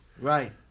Right